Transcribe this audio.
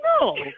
no